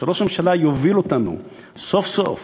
שראש הממשלה יוביל אותנו סוף-סוף